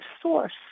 source